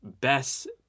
best